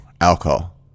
Alcohol